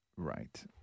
Right